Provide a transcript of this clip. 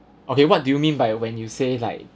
okay what do you mean by when you say like